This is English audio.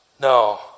No